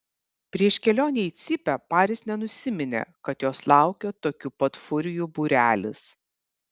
prieš kelionę į cypę paris nenusiminė kad jos laukia tokių pat furijų būrelis